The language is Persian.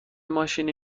ماشینی